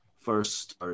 First